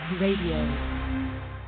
Radio